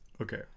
Okay